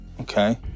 Okay